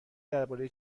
درباره